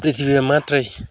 पृथ्वीमा मात्रै